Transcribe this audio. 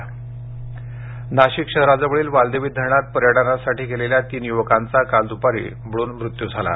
मृत्यू नाशिक शहराजवळील वालदेवी धरणात पर्यटनासाठी गेलेल्या तीन युवकांचा काल दुपारी बुडून मृत्यू झाला